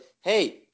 hey